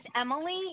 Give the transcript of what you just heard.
Emily